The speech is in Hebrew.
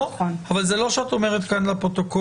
אבל זה לא שאת אומרת כאן לפרוטוקול,